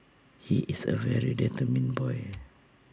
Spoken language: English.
he is A very determined boy